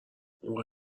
اون